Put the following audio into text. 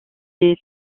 des